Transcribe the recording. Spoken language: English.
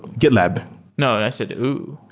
gitlab no. and i said ooh!